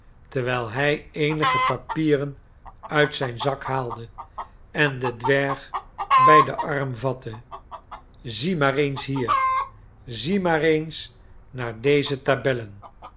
terwijl hij eenige papieren uit zijn zak haalde en den dwerg bij den arm vatte zie maar eens hier zie maar eens naar deze tabellen